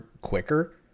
quicker